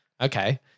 Okay